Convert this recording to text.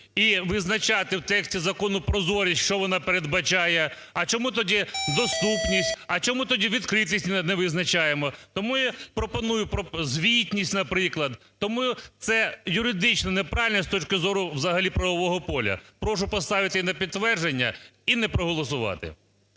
і визначати в тексті закону прозорість, що вона передбачає. А чому тоді доступність, а чому тоді відкритість не визначаємо? Тому я пропоную… Звітність, наприклад. Тому це юридично неправильно, з точки зору взагалі правового поля. Прошу поставити її на підтвердження і не проголосувати.